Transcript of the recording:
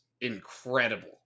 incredible